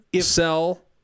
sell